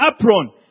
apron